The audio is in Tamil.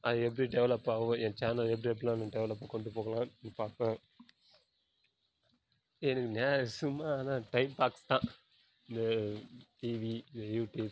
அது எப்படி டெவெலப் ஆகும் என் சேனல் எப்படி எப்படிலாம் வந்து டெவெலப் கொண்டு போகலான்னு பார்ப்பேன் எனக்கு நேரம் சும்மா அதுதான் டைம் பாக்ஸ் தான் இந்த டிவி இந்த யூடியூப்